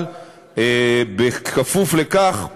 אבל בכפוף לכך שהמציעות,